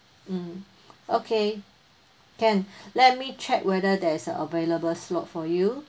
mm okay can let me check whether there is a available slot for you